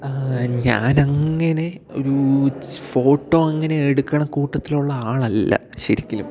ഞാനങ്ങനെ ഒരു ഫോട്ടോ അങ്ങനെ എടുക്കുന്ന കൂട്ടത്തിലുള്ള ആളല്ല ശരിക്കിലും